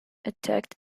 attacked